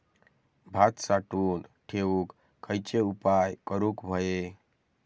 भात साठवून ठेवूक खयचे उपाय करूक व्हये?